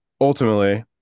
ultimately